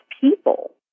people